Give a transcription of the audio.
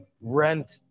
rent